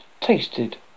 tasted